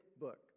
book